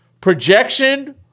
projection